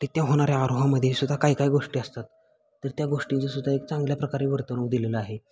रित्या होणाऱ्या आरोहामध्ये सुद्धा काय काय गोष्टी असतात तर त्या गोष्टींचं सुद्धा एक चांगल्या प्रकारे वर्तणूक दिलेलं आहे